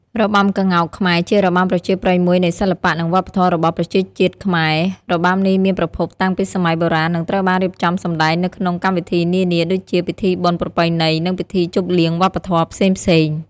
របាំក្ងោកខ្មែរ ជារបាំប្រជាប្រិយមួយនៃសិល្បៈនិងវប្បធម៌របស់ប្រជាជាតិខ្មែរ របាំនេះមានប្រភពតាំងសម័យបុរាណនិងត្រូវបានរៀបចំសម្ដែងនៅក្នុងកម្មវិធីនានា ដូចជា ពិធីបុណ្យប្រពៃណី ឬពិធីជប់លៀងវប្បធម៏ផ្សេងៗ។